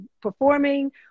performing